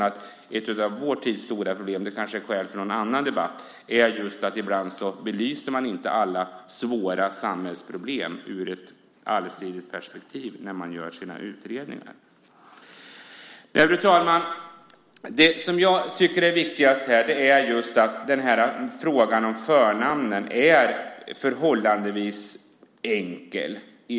Ett av vår tids stora problem - det är kanske skäl för någon annan debatt - är att ibland belyses inte alla svåra samhällsproblem ur ett allsidigt perspektiv i utredningarna. Fru talman! Det viktigaste är att frågan om förnamn är förhållandevis enkel.